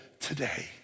today